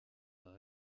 par